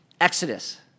Exodus